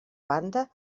banda